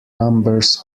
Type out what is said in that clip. numbers